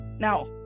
Now